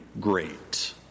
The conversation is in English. great